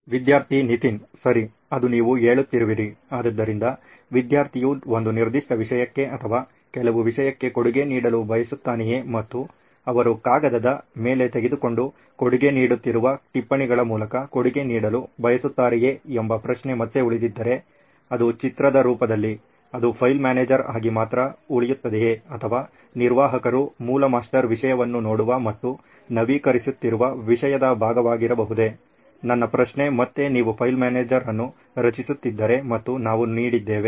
ವಿದ್ಯಾರ್ಥಿ ನಿತಿನ್ ಸರಿ ಅದು ನೀವು ಹೇಳುತ್ತಿರುವಿರಿ ಆದ್ದರಿಂದ ವಿದ್ಯಾರ್ಥಿಯು ಒಂದು ನಿರ್ದಿಷ್ಟ ವಿಷಯಕ್ಕೆ ಅಥವಾ ಕೆಲವು ವಿಷಯಕ್ಕೆ ಕೊಡುಗೆ ನೀಡಲು ಬಯಸುತ್ತಾನೆಯೇ ಮತ್ತು ಅವರು ಕಾಗದದ ಮೇಲೆ ತೆಗೆದುಕೊಂಡು ಕೊಡುಗೆ ನೀಡುತ್ತಿರುವ ಟಿಪ್ಪಣಿಗಳ ಮೂಲಕ ಕೊಡುಗೆ ನೀಡಲು ಬಯಸುತ್ತಾರೆಯೇ ಎಂಬ ಪ್ರಶ್ನೆ ಮತ್ತೆ ಉಳಿದಿದ್ದರೆ ಅದು ಚಿತ್ರದ ರೂಪದಲ್ಲಿ ಅದು ಫೈಲ್ ಮ್ಯಾನೇಜರ್ ಆಗಿ ಮಾತ್ರ ಉಳಿಯುತ್ತದೆಯೇ ಅಥವಾ ನಿರ್ವಾಹಕರು ಮೂಲ ಮಾಸ್ಟರ್ ವಿಷಯವನ್ನು ನೋಡುವ ಮತ್ತು ನವೀಕರಿಸುತ್ತಿರುವ ವಿಷಯದ ಭಾಗವಾಗಿರಬಹುದೇ ನನ್ನ ಪ್ರಶ್ನೆ ಮತ್ತೆ ನೀವು ಫೈಲ್ ಮ್ಯಾನೇಜರ್ ಅನ್ನು ರಚಿಸುತ್ತಿದ್ದರೆ ಮತ್ತು ನಾವು ನೀಡಿದ್ದೇವೆ